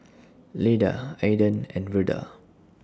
Leda Aedan and Verda